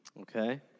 Okay